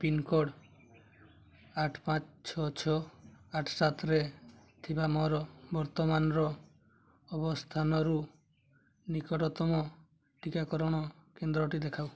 pincode ଆଠ ପାଞ୍ଚ ଛଅ ଛଅ ଆଠ ସାତରେ ଥିବା ମୋର ବର୍ତ୍ତମାନର ଅବସ୍ଥାନରୁ ନିକଟତମ ଟିକାକରଣ କେନ୍ଦ୍ରଟି ଦେଖାଅ